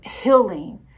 healing